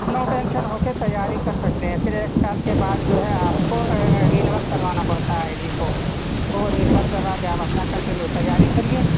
نو tension ہو کے تیاری کر سکتے ہیں پھر ایک سال کے بعد جو ہے آپ کو رینیول کرانا پڑتا ہے آئی ڈی کو تو رینیول کرا کے آپ اپنا کنٹینیو تیاری کریے